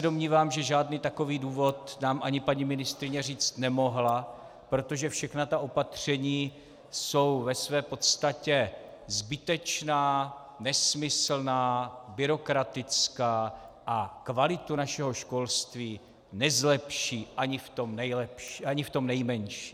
Domnívám se, že žádný takový důvod nám ani paní ministryně říct nemohla, protože všechna ta opatření jsou ve své podstatě zbytečná, nesmyslná, byrokratická a kvalitu našeho školství nezlepší ani v tom nejmenším.